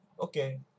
Okay